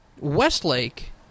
Westlake